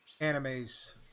animes